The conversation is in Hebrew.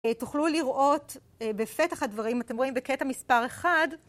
תוכלו לראות בפתח הדברים, אתם רואים, בקטע מספר 1.